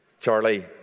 Charlie